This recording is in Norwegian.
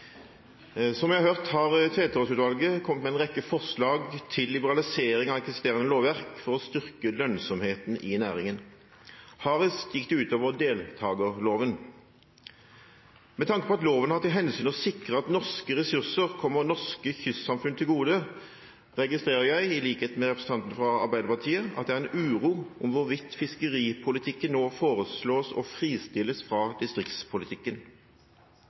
Som vi har hørt, har Tveterås-utvalget kommet med en rekke forslag til liberalisering av eksisterende lovverk for å styrke lønnsomheten i næringen. Hardest gikk det ut over deltakerloven. Med tanke på at loven har til hensikt å sikre at norske ressurser kommer norske kystsamfunn til gode, registrerer jeg, i likhet med representanten fra Arbeiderpartiet, at det er en uro om hvorvidt fiskeripolitikken nå foreslås å fristilles fra distriktspolitikken.